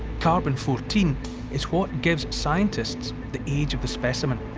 carbon fourteen is what gives scientists the age of the specimen.